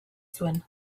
zuen